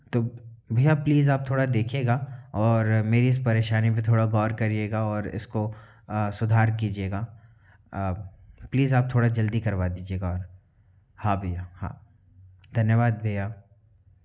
तो भैया प्लीज़ आप थोड़ा देखिएगा और मेरी इस परेशानी पे थोड़ा गौर करिएगा और इसको आ सुधार कीजिएगा आ प्लीज़ आप थोड़ा जल्दी करवा दीजिएगा हाँ भैया हाँ धन्यवाद भैया